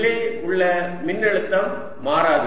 உள்ளே உள்ள மின்னழுத்தம் மாறாது